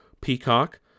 Peacock